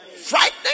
Frightening